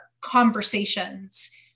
conversations